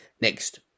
Next